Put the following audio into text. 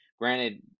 Granted